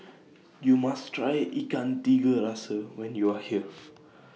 YOU must Try Ikan Tiga Rasa when YOU Are here